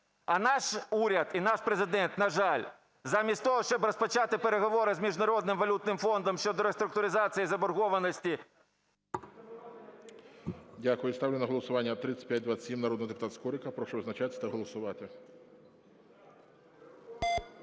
а наш уряд і наш Президент, на жаль замість того, щоб розпочати переговори з Міжнародним валютним фондом щодо реструктуризації заборгованості… ГОЛОВУЮЧИЙ. Дякую. Ставлю на голосування 3527 народного депутата Скорика. Прошу визначатися та голосувати.